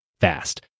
fast